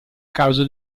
causa